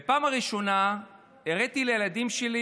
בפעם הראשונה הראיתי לילדים שלי